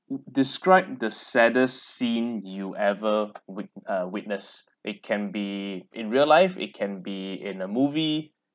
describe the saddest scene you ever wit~ uh witness it can be in real life it can be in a movie